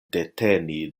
deteni